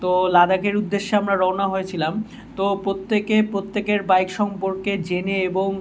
তো লাদাখের উদ্দেশ্যে আমরা রওনা হয়েছিলাম তো প্রত্যেকে প্রত্যেকের বাইক সম্পর্কে জেনে এবং